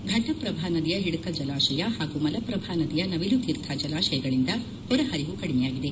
ಘಟಪ್ರಭಾ ನದಿಯ ಹಿಡಕಲ್ ಜಲಾಶಯ ಹಾಗೂ ಮಲಪ್ರಭಾ ನದಿಯ ನವಿಲುತೀರ್ಥ ಜಲಾಶಯಗಳಿಂದ ಹೊರ ಹರಿವು ಕಡಿಮೆಯಾಗಿದೆ